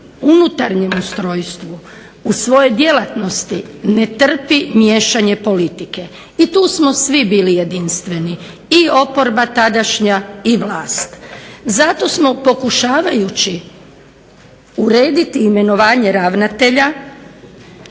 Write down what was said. unutarnjem ustrojstvu, u svojoj djelatnosti ne trpi miješanje politike i tu smo svi bili jedinstveni i oporba tadašnja i vlast. Zato smo pokušavajući urediti imenovanje ravnatelja